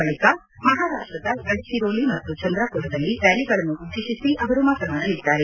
ನಂತರ ಮಹಾರಾಷ್ಟದ ಗಡ್ಚಿರೋಲಿ ಮತ್ತು ಚಂದ್ರಾಪುರದಲ್ಲಿ ರ್ಕಾಲಿಗಳನ್ನು ಉದ್ದೇತಿಸಿ ಅವರು ಮಾತನಾಡಲಿದ್ದಾರೆ